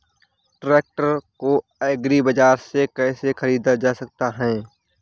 Tractor को agri बाजार से कैसे ख़रीदा जा सकता हैं?